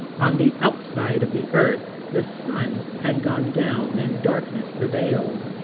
on the outside of the earth the sun had gone down and darkness prevailed,